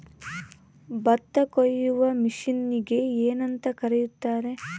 ಭತ್ತ ಕೊಯ್ಯುವ ಮಿಷನ್ನಿಗೆ ಏನಂತ ಕರೆಯುತ್ತಾರೆ?